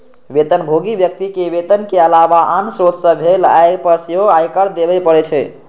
वेतनभोगी व्यक्ति कें वेतनक अलावा आन स्रोत सं भेल आय पर सेहो आयकर देबे पड़ै छै